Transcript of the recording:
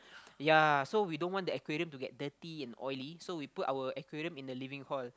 yea so we don't want the aquarium to get dirty and oily so we put our aquarium in the living hall